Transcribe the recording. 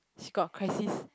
she got crisis